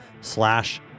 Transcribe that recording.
slash